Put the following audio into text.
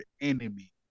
enemy